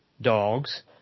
dogs